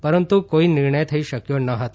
પરંતુ કોઈ નિર્ણય થઈ શક્યો ન હતો